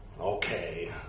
okay